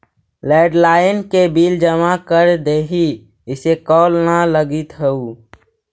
landline के bill जमा कर देहीं, इसे कॉल न लगित हउ